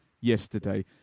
yesterday